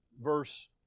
Verse